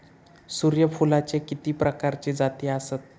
सूर्यफूलाचे किती प्रकारचे जाती आसत?